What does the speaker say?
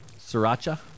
Sriracha